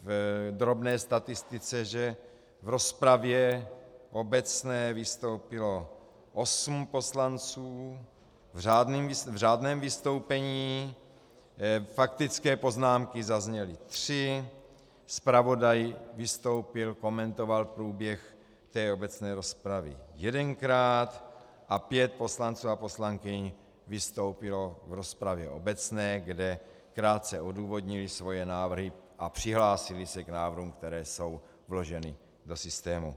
v drobné statistice, že v rozpravě obecné vystoupilo osm poslanců v řádném vystoupení, faktické poznámky zazněly tři, zpravodaj vystoupil, komentoval průběh k obecné rozpravě jedenkrát a pět poslanců a poslankyň vystoupilo v rozpravě obecné , kde krátce odůvodnili svoje návrhy a přihlásili se k návrhům, které jsou vloženy do systému.